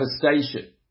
devastation